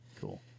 cool